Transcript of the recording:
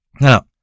Now